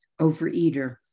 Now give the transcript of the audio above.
overeater